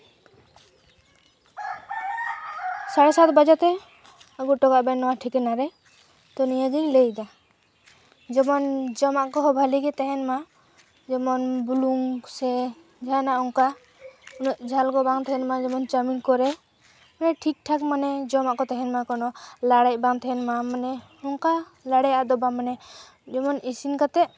ᱥᱟᱲᱮ ᱥᱟᱛ ᱵᱟᱡᱮ ᱛᱮ ᱟᱹᱜᱩ ᱦᱚᱴᱚ ᱠᱟᱜ ᱵᱮᱱ ᱱᱚᱣᱟ ᱴᱷᱤᱠᱟᱹᱱᱟ ᱨᱮ ᱛᱚ ᱱᱤᱭᱟᱹᱜᱮᱧ ᱞᱟᱹᱭᱫᱟ ᱡᱮᱢᱚᱱ ᱡᱚᱢᱟᱜ ᱠᱚᱦᱚᱸ ᱵᱷᱟᱞᱮ ᱜᱮ ᱛᱮᱦᱮᱱ ᱢᱟ ᱡᱮᱢᱚᱱ ᱵᱩᱞᱩᱝ ᱥᱮ ᱡᱟᱦᱟᱱᱟᱜ ᱚᱱᱠᱟ ᱩᱱᱟᱹᱜ ᱡᱷᱟᱞ ᱠᱚ ᱵᱟᱝ ᱛᱮᱦᱮᱱ ᱢᱟ ᱡᱮᱢᱚᱱ ᱪᱟᱣᱢᱤᱱ ᱠᱚᱨᱮ ᱢᱟᱱᱮ ᱴᱷᱤᱠᱼᱴᱷᱟᱠ ᱢᱟᱱᱮ ᱡᱚᱢᱟᱜ ᱠᱚ ᱛᱮᱦᱮᱱ ᱢᱟ ᱠᱳᱱᱳ ᱞᱟᱲᱮᱡ ᱵᱟᱝ ᱛᱮᱦᱮᱱ ᱢᱟ ᱚᱱᱠᱟ ᱞᱟᱲᱮᱡᱼᱟᱜ ᱫᱚ ᱵᱟᱝ ᱢᱟᱱᱮ ᱡᱮᱢᱚᱱ ᱤᱥᱤᱱ ᱠᱟᱛᱮ